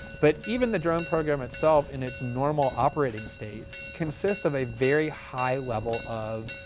but even the drone program itself, in its normal operating state, consists of a very high level of